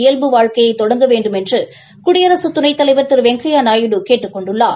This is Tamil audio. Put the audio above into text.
இயல்பு வாழ்க்கையை தொடங்க வேண்டுமென்று குடியரக துணைத்தலைவர் திரு வெங்கையா நாயுடு கேட்டுக் கொண்டுள்ளார்